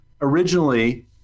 originally